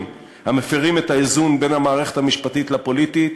המפרים את האיזון בין המערכת המשפטית לפוליטית,